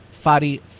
Fadi